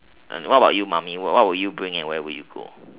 and what about you mummy what would you bring and where would you go